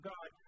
God